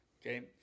Okay